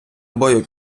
бою